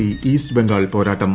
C East Bengal പോരാട്ടം